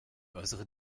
äußere